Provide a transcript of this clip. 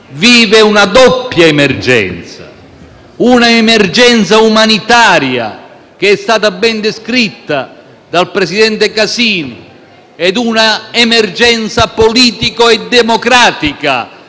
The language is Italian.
vive una doppia emergenza: un'emergenza umanitaria, che è stata ben descritta dal presidente Casini, ed un'emergenza politica e democratica,